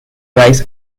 lies